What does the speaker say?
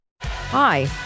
Hi